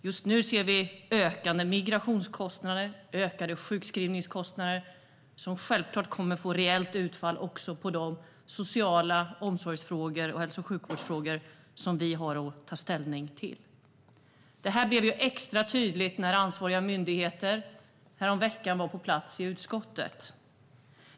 Just nu ser vi ökande migrationskostnader och ökande sjukskrivningskostnader, vilket självfallet kommer att få ett rejält utfall också på de sociala omsorgsfrågor och hälso och sjukvårdsfrågor som vi har att ta ställning till. Detta blev extra tydligt när ansvariga myndigheter häromveckan var på plats i utskottet.